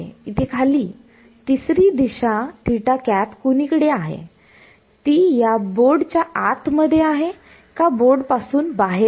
इथे खाली तिसरी दिशा कुणीकडे आहे ती या बोर्ड च्या आत मध्ये आहे का बोर्डपासून बाहेर आहे